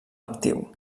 actiu